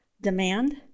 Demand